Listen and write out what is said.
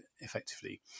effectively